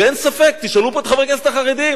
ואין ספק, תשאלו את חברי הכנסת החרדים